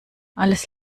alles